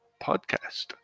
podcast